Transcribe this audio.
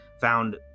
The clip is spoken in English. found